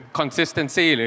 consistency